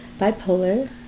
bipolar